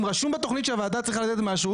אם רשום בתוכנית שהוועדה צריכה לתת משהו,